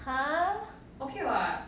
!huh!